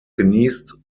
genießt